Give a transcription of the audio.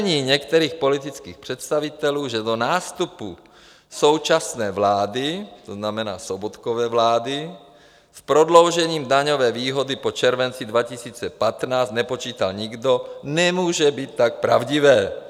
Tvrzení některých politických představitelů, že do nástupu současné vlády, to znamená Sobotkovy vlády, s prodloužením daňové výhody po červenci 2015 nepočítá nikdo, nemůže být tak pravdivé.